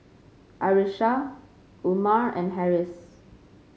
Arissa Umar and Harris